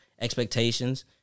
expectations